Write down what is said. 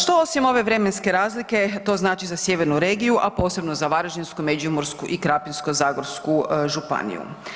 Što osim ove vremenske razlike to znači za sjevernu regiju a posebno za Varaždinsku, Međimursku i Krapinsko-zagorsku županiju?